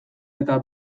eta